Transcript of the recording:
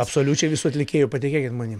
absoliučiai visų atlikėjų patikėkit manim